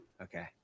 okay